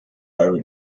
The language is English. very